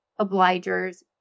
obligers